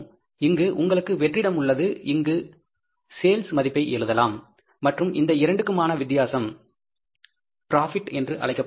இங்கு உங்களுக்கு வெற்றிடம் உள்ளது அங்கு சேல்ஸ் மதிப்பை எழுதலாம் மற்றும் இந்த இரண்டுக்குமான வித்தியாசம் இயக்க ப்ராபிட் என்று அழைக்கப்படுகின்றது